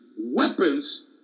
weapons